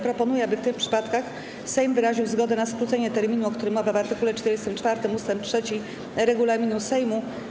Proponuję, aby w tych przypadkach Sejm wyraził zgodę na skrócenie terminu, o którym mowa w art. 44 ust. 3 regulaminu Sejmu.